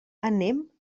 anem